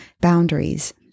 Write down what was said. boundaries